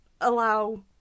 allow